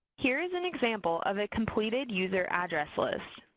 here is an example of a completed user address list.